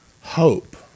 hope